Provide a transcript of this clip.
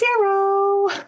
Zero